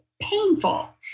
painful